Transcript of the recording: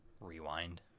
Rewind